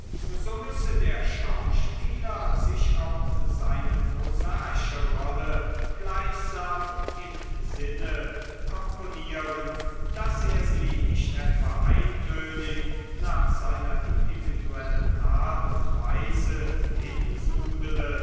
so müsse der schauspieler sich auch seine prosaische rolle gleichsam im sinne komponieren daß er sie nicht etwa eintönig nach seiner individuellen art und weise